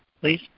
please